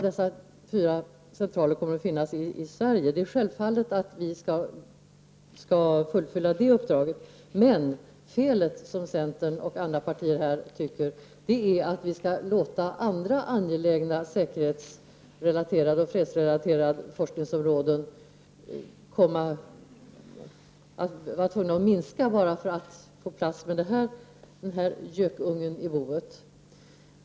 Det är självklart att vi skall fullfölja det uppdraget. Felet är, tycker centern och andra partier, att vi tvingas minska andra angelägna säkerhetsoch fredsrelaterade forskningsområden för att få plats med den här gökungen i boet.